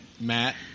Matt